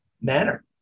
manner